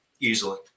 easily